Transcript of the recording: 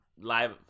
live